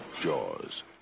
Jaws